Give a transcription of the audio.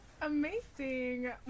Amazing